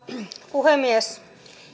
puhemies